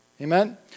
Amen